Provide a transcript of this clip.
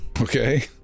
Okay